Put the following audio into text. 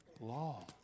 Law